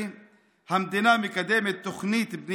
ואני אומר לכם: תשמעו, זה